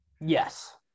yes